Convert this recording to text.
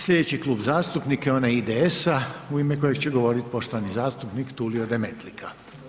Slijedeći Klub zastupnika je onaj IDS-a u ime kojeg će govoriti poštovani zastupnik Tulio Demetlika.